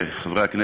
חברי הכנסת,